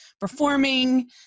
performing